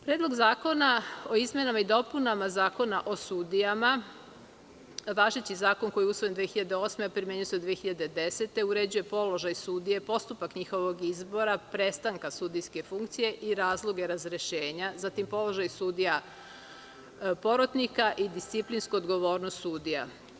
Predlog zakona o izmenama i dopunama Zakona o sudijama, važeći zakon koji je usvojen 2008. godine, a primenjuje se od 2010. godine, uređuje položaj sudija, postupak njihovog izbora, prestanka sudijske funkcije i razloge razrešenja, zatim položaj sudija porotnika i disciplinsku odgovornost sudija.